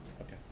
okay